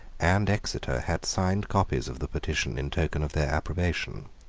and exeter, had signed copies of the petition in token of their approbation.